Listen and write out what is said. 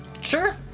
Sure